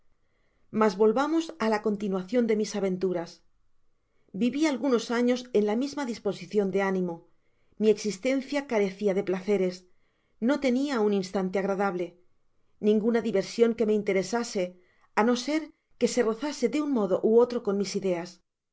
mas volvamos á la continuacion de mis aventuras vivi algunos años en la misma disposicion de ánimo mi existencia carecia de placeres no tenia un instante agradable ninguna diversion que me interesase á no ser que se rozase de un modo ú otro con mis ideas